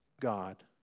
God